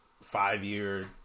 five-year